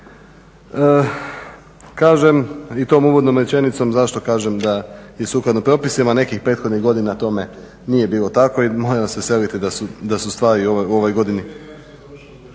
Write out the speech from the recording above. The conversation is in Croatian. Kažem i tom uvodnom rečenicom zašto kažem da je sukladno propisima. Nekih prethodnih godina tome nije bilo tako i mora vas veseliti da su stvari u ovoj godini